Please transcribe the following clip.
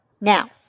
Now